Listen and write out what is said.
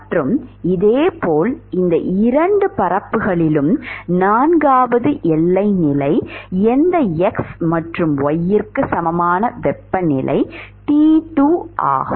மற்றும் இதேபோல் இந்த இரண்டு பரப்புகளிலும் நான்காவது எல்லை நிலை எந்த x மற்றும் y க்கு சமமான வெப்பநிலை T2 ஆகும்